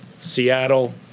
Seattle